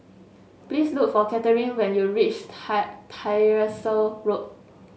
please look for Catherine when you reach Tie Tyersall Road